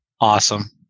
awesome